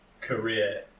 career